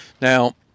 Now